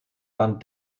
dann